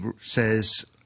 says